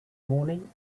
morning